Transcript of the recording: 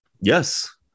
Yes